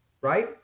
right